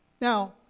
Now